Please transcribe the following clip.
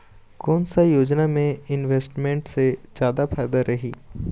कोन सा योजना मे इन्वेस्टमेंट से जादा फायदा रही?